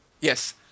Yes